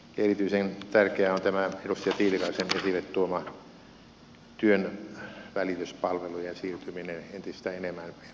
erityisen tärkeä on tämä edustaja tiilikaisen esille tuoma työnvälityspalvelujen siirtyminen entistä enemmän verkkoon